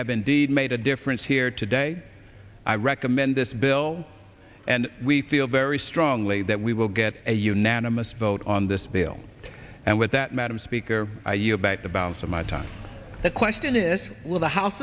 have indeed made a difference here today i recommend this bill and we feel very strongly that we will get a unanimous vote on this bill and with that madam speaker i yield back the balance of my time the question is will the house